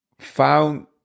found